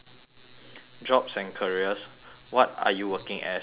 jobs and careers what are you working as how is it